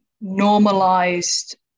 normalized